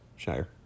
Shire